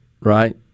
right